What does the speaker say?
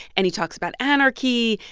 and he talks about anarchy.